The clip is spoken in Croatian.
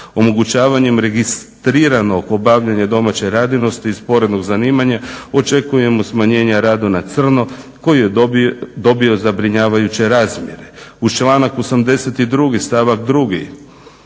omogućavanjem registriranog obavljanja domaće radinosti iz sporednog zanimanja. Očekujemo smanjenje rada na crno koji je dobio zabrinjavajuće razmjere. Uz članak 82. stavak 2.